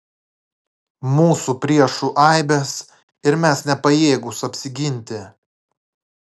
mūsų priešų aibės ir mes nepajėgūs apsiginti